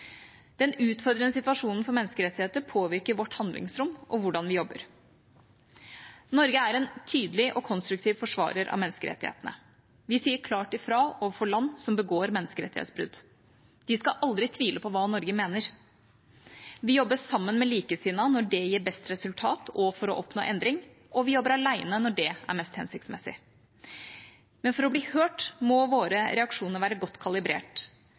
Den utfordrende situasjonen for menneskerettighetene påvirker vårt handlingsrom og hvordan vi jobber. Norge er en tydelig og konstruktiv forsvarer av menneskerettighetene. Vi sier klart ifra overfor land som begår menneskerettighetsbrudd. De skal aldri tvile på hva Norge mener. Vi jobber sammen med likesinnede når det gir best resultat, og for å oppnå endring, og vi jobber alene når det er mest hensiktsmessig. Men for å bli hørt må våre reaksjoner være godt kalibrert.